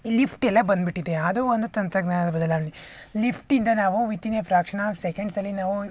ಲಿಫ್ಟೆಲ್ಲ ಬಂದ್ಬಿಟ್ಟಿದೆ ಅದು ಒಂದು ತಂತ್ರಜ್ಞಾನ ಬದಲಾವಣೆ ಲಿಫ್ಟಿಂದ ನಾವು ವಿತಿನ್ ಎ ಫ್ರ್ಯಾಕ್ಷನ್ ಆಫ್ ಸೆಕೆಂಡ್ಸಲ್ಲಿ ನಾವು